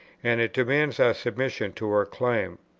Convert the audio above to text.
and it demands our submission to her claim.